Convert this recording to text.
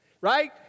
right